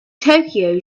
tokyo